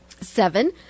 Seven